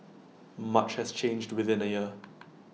much has changed within A year